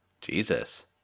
Jesus